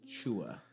Chua